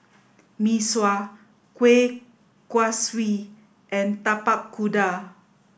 Mee Sua Kueh Kaswi and Tapak Kuda